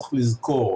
צריך לזכור,